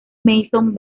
manson